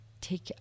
Take